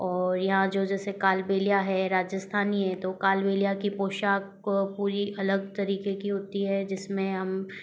और यहाँ जो जैसे कालबेलिया है राजस्थानी है तो कालबेलिया की पोशाक को पूरी अलग तरीके की होती है जिसमें हम